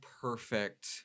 perfect